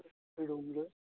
room লৈ